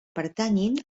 pertanyin